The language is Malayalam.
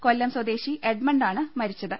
കൊല്ലം സ്വദേശി എഡ്മണ്ടാണ് മരിച്ചത്